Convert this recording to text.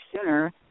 sooner